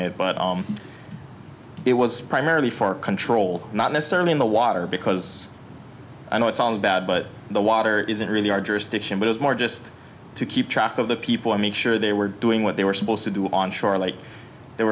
it but it was primarily for control not necessarily in the water because i know it sounds bad but the water isn't really our jurisdiction but it's more just to keep track of the people and make sure they were doing what they were supposed to do on shore late there